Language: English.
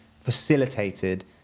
facilitated